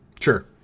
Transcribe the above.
Sure